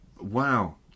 wow